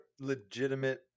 legitimate